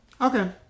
okay